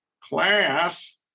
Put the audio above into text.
class